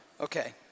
Okay